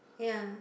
yeah